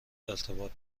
ارتباط